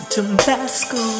Tabasco